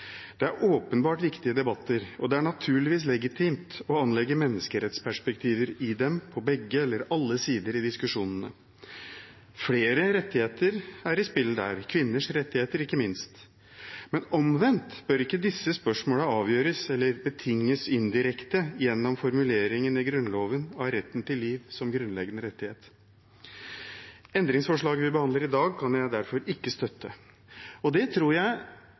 Det er viktige debatter, og det er naturligvis legitimt å anlegge menneskerettsperspektiver i dem på begge sider i diskusjonene. Flere rettigheter er på spill der – kvinners rettigheter ikke minst. Omvendt bør ikke disse spørsmålene avgjøres eller betinges indirekte gjennom formuleringen i Grunnloven om retten til liv som grunnleggende rettighet. Endringsforslaget vi behandler i dag, kan jeg derfor ikke støtte. Det tror jeg